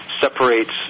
separates